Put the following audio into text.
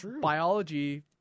biology